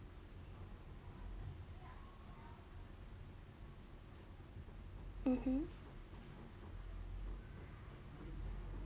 mmhmm